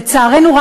לצערנו,